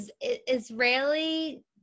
Israeli